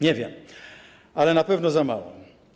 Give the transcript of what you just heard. Nie wiem, ale na pewno za mało.